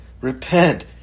Repent